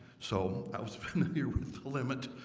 so i was familiar with limit.